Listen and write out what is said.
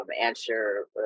answer